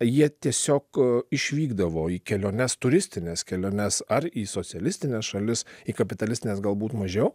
jie tiesiog išvykdavo į keliones turistines keliones ar į socialistines šalis į kapitalistines galbūt mažiau